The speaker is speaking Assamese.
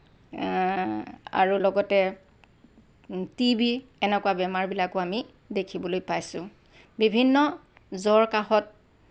আৰু লগতে টিবি এনেকুৱা বেমাৰবিলাকো আমি দেখিবলৈ পাইছোঁ বিভিন্ন জ্বৰ কাহত